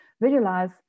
visualize